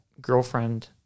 girlfriend